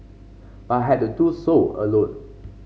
but I had to do so alone